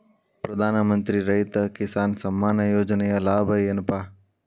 ಪ್ರಧಾನಮಂತ್ರಿ ರೈತ ಕಿಸಾನ್ ಸಮ್ಮಾನ ಯೋಜನೆಯ ಲಾಭ ಏನಪಾ?